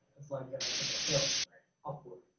it's like ah it's like a hill upward.